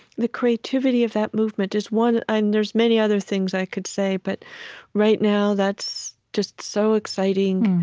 the creativity of that movement, there's one and there's many other things i could say, but right now that's just so exciting.